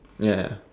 ya